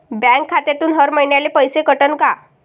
Bank खात्यातून हर महिन्याले पैसे कटन का?